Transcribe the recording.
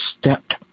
stepped